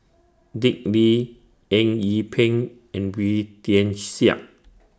Dick Lee Eng Yee Peng and Wee Tian Siak